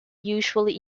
usually